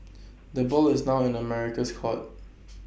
the ball is now in America's court